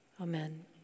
Amen